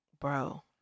bro